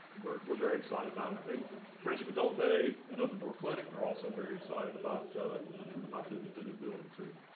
we're we're very excited about it. i think friendship adult day and open door clinic are also very excited about about the the new building to